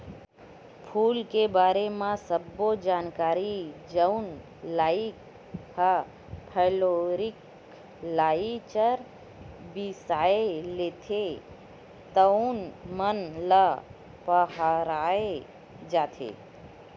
फूल के बारे म सब्बो जानकारी जउन लइका ह फ्लोरिकलचर बिसय लेथे तउन मन ल पड़हाय जाथे